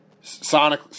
sonic